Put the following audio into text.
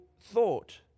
thought